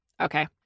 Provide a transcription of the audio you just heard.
Okay